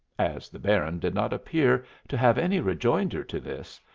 as the baron did not appear to have any rejoinder to this,